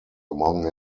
among